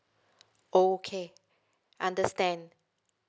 okay understand